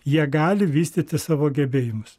jie gali vystyti savo gebėjimus